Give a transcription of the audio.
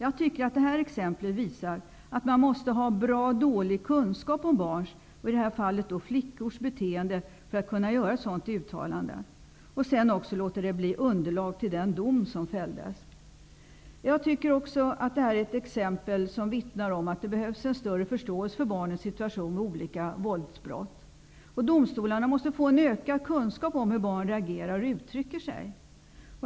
Detta exempel visar att man måste ha en mycket dålig kunskap om barns, och i detta fall flickors, beteende för att kunna göra ett sådant uttalande och låta det vara underlag till den dom som sedan fälldes. Exemplet vittnar om att det behövs en större förståelse för barns situation vid olika våldsbrott. Domstolarna måste få en ökad kunskap om hur barn reagerar och uttrycker sig.